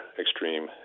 extreme